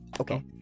okay